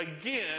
again